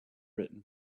written